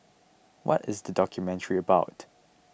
what is the documentary about